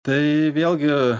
tai vėlgi